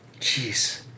Jeez